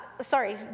sorry